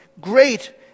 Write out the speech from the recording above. Great